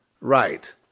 Right